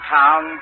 town